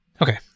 Okay